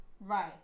Right